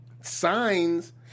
signs